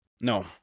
No